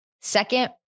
Second